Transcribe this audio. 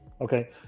okay